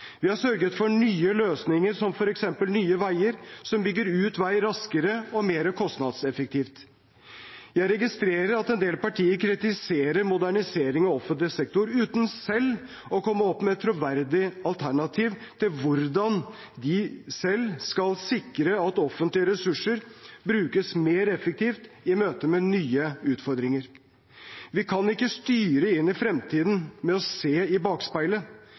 Vi har sørget for nye løsninger, som f.eks. Nye Veier, som bygger ut vei raskere og mer kostnadseffektivt. Jeg registrerer at en del partier kritiserer moderniseringen av offentlig sektor, uten selv å komme opp med et troverdig alternativ – hvordan de selv vil sikre at offentlige ressurser brukes mer effektivt i møte med nye utfordringer. Vi kan ikke styre inn i fremtiden ved å se i bakspeilet.